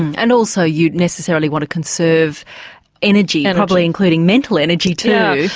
and also you'd necessarily want to conserve energy, and probably including mental energy too.